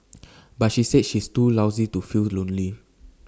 but she said she is too busy to feel lonely